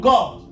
God